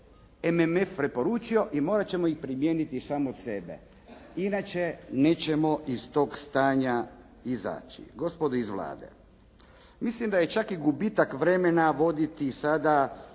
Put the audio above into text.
MMF preporučio i morati ćemo ih primijeniti samo od sebe. Inače, nećemo iz tog stanja izaći. Gospodo iz Vlade, mislim da je čak i gubitak vremena voditi sada